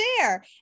share